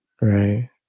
Right